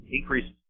increases